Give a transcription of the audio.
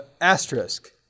asterisk